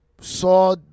Saw